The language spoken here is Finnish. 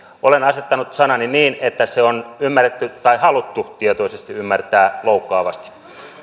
olen asettanut sanani niin että se on ymmärretty tai haluttu tietoisesti ymmärtää loukkaavasti